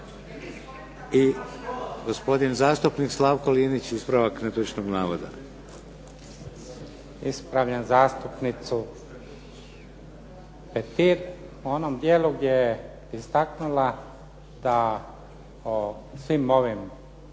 I gospodin zastupnik Slavko Linić, ispravak netočnog navoda. **Linić, Slavko (SDP)** Ispravljam zastupnicu Petir u onom dijelu gdje je istaknula da o svim ovim